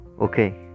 Okay